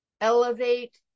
elevate